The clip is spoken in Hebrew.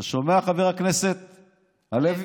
אתה שומע, חבר הכנסת הלוי,